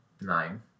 Nine